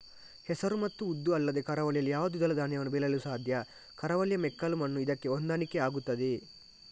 ಹೆಸರು ಮತ್ತು ಉದ್ದು ಅಲ್ಲದೆ ಕರಾವಳಿಯಲ್ಲಿ ಯಾವ ದ್ವಿದಳ ಧಾನ್ಯವನ್ನು ಬೆಳೆಯಲು ಸಾಧ್ಯ? ಕರಾವಳಿಯ ಮೆಕ್ಕಲು ಮಣ್ಣು ಇದಕ್ಕೆ ಹೊಂದಾಣಿಕೆ ಆಗುತ್ತದೆಯೇ?